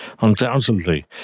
undoubtedly